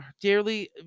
dearly